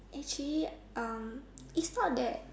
actually um is not that